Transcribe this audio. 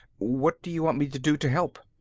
what do you want me to do to help?